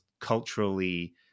culturally